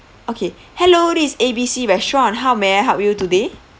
okay hello this is A B C restaurant how may I help you today